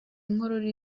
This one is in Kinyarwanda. inkorora